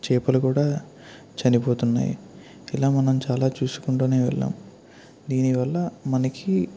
చేపలు కూడా చనిపోతున్నాయి ఇలా మనము చాలా చూసుకుంటూనే వెళ్ళాం దీని వల్ల మనకి